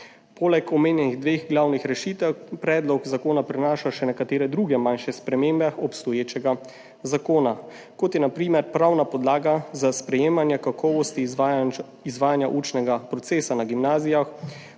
Poleg omenjenih dveh glavnih rešitev predlog zakona prinaša še nekatere druge manjše spremembe obstoječega zakona, kot so na primer pravna podlaga za sprejemanje kakovosti izvajanja učnega procesa na gimnazijah,